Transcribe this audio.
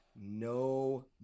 No